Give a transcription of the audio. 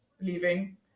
leaving